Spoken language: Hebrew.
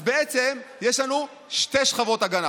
אז בעצם יש לנו שתי שכבות הגנה,